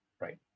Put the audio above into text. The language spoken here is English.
right